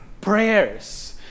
prayers